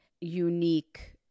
unique